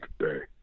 today